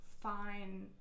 fine